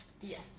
Yes